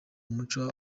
muco